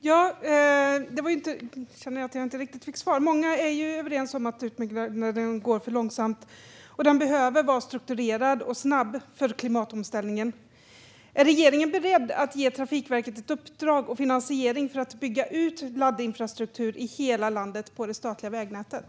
Fru talman! Jag fick inte riktigt svar på min fråga. Många är överens om att utbyggnaden går för långsamt. Den behöver vara strukturerad och snabb med tanke på klimatomställningen. Är regeringen beredd att ge Trafikverket ett uppdrag och finansiering för att bygga ut laddinfrastruktur i hela landet på det statliga vägnätet?